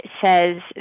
says